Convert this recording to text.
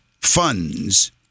funds